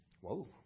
Whoa